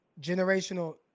generational